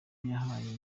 yahawe